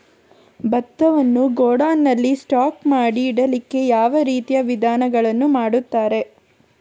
ಭತ್ತವನ್ನು ಗೋಡೌನ್ ನಲ್ಲಿ ಸ್ಟಾಕ್ ಮಾಡಿ ಇಡ್ಲಿಕ್ಕೆ ಯಾವ ರೀತಿಯ ವಿಧಾನಗಳನ್ನು ಮಾಡ್ತಾರೆ?